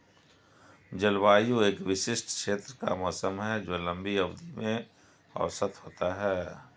जलवायु एक विशिष्ट क्षेत्र का मौसम है जो लंबी अवधि में औसत होता है